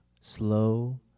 slow